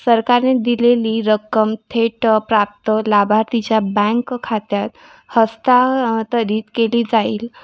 सरकारने दिलेली रक्कम थेट प्राप्त लाभार्थीच्या बँक खात्यात हस्तांतरित केली जाईल